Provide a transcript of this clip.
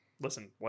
Listen